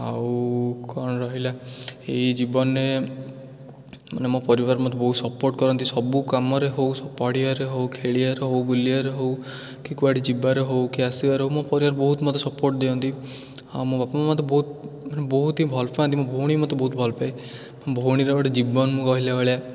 ଆଉ କ'ଣ ରହିଲା ଏଇ ଜୀବନରେ ମାନେ ମୋ ପରିବାର ମୋତେ ବହୁତ ସପୋର୍ଟ କରନ୍ତି ସବୁ କାମରେ ହଉ ସବୁ ପଢ଼ିବାରେ ହଉ ଖେଳିବାରେ ହଉ ବୁଲିବାରେ ହଉ କି କୁଆଡ଼େ ଯିବାର ହଉ କି ଆସିବାର ହଉ ମୋ ପରିବାର ବହୁତ ମୋତେ ସପୋର୍ଟ ଦିଅନ୍ତି ଆଉ ମୋ ବାପାମାଆ ମୋତେ ବହୁତ ମାନେ ବହୁତ ହି ଭଲପାଆନ୍ତି ମୋ ଭଉଣୀ ବି ମୋତେ ଭଲପାଏ ଭଉଣୀର ଗୋଟେ ଜୀବନ ମୁଁ କହିଲା ଭଳିଆ